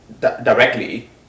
directly